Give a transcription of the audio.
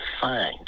find